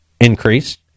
increase